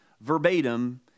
verbatim